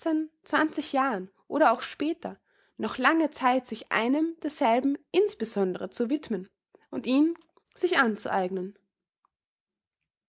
zwanzig jahren oder auch später noch lange zeit sich einem derselben insbesondre zu widmen und ihn sich anzueignen